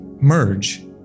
merge